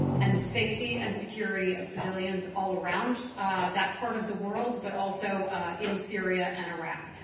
and the safety and security of civilians all around that part of the world, but also in syria and iraq.